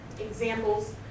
examples